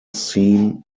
seam